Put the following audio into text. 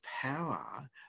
power